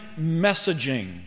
messaging